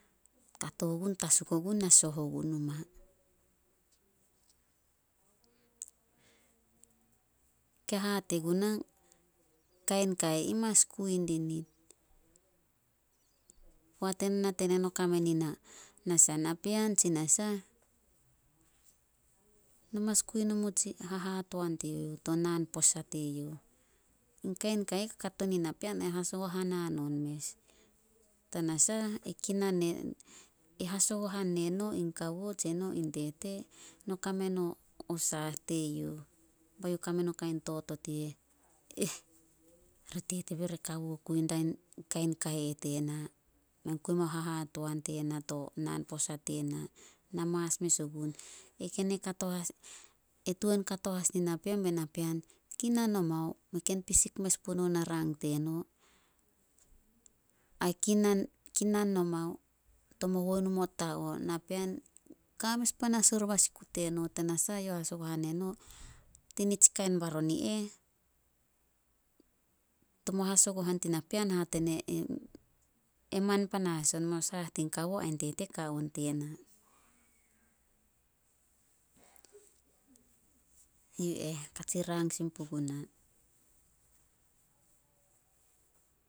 Kato gun tasuk ogun na soh ogun numa. Ke hate guna, kain kai ih mas kui dinit. Poat eno nate neno kame ni napean tsi nasah, no mas kui numu tsi hahatoan teyouh to naan posa teyouh. In kain ka ih kakato nin napean ai hasagohan hanon mes. Tanasah e hasagohan neno in kawo tse no in tete no kame no o saah teyouh. Be youh kame no kain totot i eh, re tete bere kawo kui dain kain ka i eh tena. Men kui mao hahatoan tena to naan posa tena. Na mas mes ogun. E tuan kato as nin napean mei ken pisik mes punouh mo rang teno. Ai kinan- kinan nomao tomo huenu mo ta o, napean ka mes panas oriba sikut teno. Tanasah eyouh hasogohan neno, tinitsi kain baron i eh, tomo hasogohan ti napean hate e man panas on, mo saah tin kawo ain tete ka on tena. Yu eh katsi rang sin puguna.